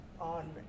on